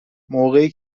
موقعی